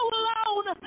alone